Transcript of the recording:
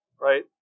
right